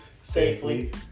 Safely